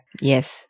Yes